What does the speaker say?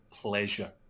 pleasure